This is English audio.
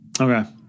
Okay